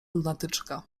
lunatyczka